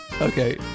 Okay